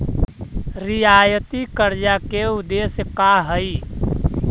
रियायती कर्जा के उदेश्य का हई?